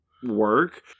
Work